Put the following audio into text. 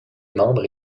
membres